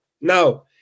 Now